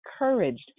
encouraged